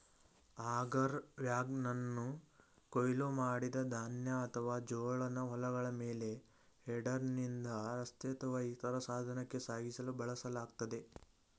auger ವ್ಯಾಗನನ್ನು ಕೊಯ್ಲು ಮಾಡಿದ ಧಾನ್ಯ ಅಥವಾ ಜೋಳನ ಹೊಲಗಳ ಮೇಲೆ ಹೆಡರ್ನಿಂದ ರಸ್ತೆ ಅಥವಾ ಇತರ ಸಾಧನಕ್ಕೆ ಸಾಗಿಸಲು ಬಳಸಲಾಗ್ತದೆ